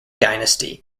dynasty